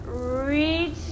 reach